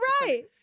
Right